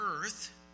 earth